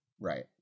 Right